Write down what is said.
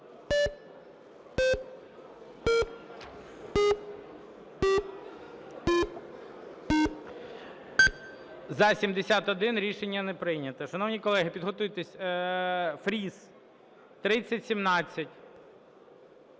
За-71 Рішення не прийнято. Шановні колеги, підготуйтесь. Фріс, 3017.